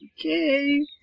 Okay